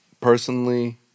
personally